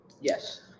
Yes